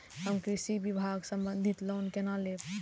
हम कृषि विभाग संबंधी लोन केना लैब?